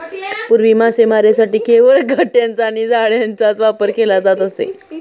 पूर्वी मासेमारीसाठी केवळ काटयांचा आणि जाळ्यांचाच वापर केला जात असे